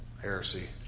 heresy